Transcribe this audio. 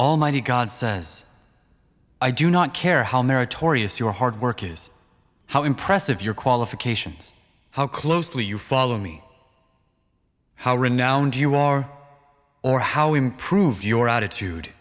almighty god says i do not care how meritorious your hard work is how impressive your qualifications how closely you follow me how renowned you are or how we improve your attitude